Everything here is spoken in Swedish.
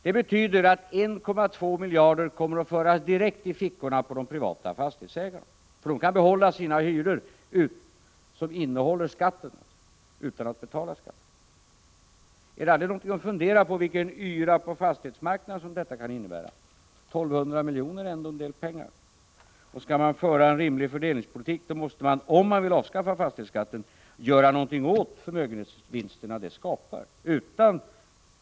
Det betyder att 1,2 miljarder kommer att föras direkt i fickorna på de privata fastighetsägarna, för de kan behålla sina hyresnivåer, som är satta för att täcka fastighetsskatten, utan att de behöver betala någon skatt. Finns det inte anledning att fundera på vilken yra på fastighetsmarknaden som detta kommer att leda till? 1 200 miljoner är ändå en del pengar. Skall man föra en rimlig fördelningspolitik måste man — om man vill avskaffa fastighetsskatten — göra någonting åt de förmögenhetsvinster som detta skapar.